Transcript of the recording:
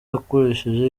yakoresheje